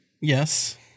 Yes